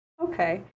okay